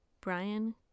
Brian